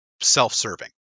self-serving